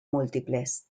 múltiples